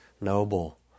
noble